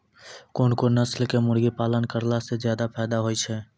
कोन कोन नस्ल के मुर्गी पालन करला से ज्यादा फायदा होय छै?